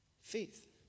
faith